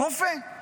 רופא,